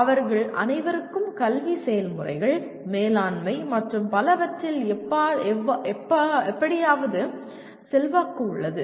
அவர்கள் அனைவருக்கும் கல்வி செயல்முறைகள் மேலாண்மை மற்றும் பலவற்றில் எப்படியாவது செல்வாக்கு உள்ளது